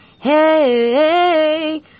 hey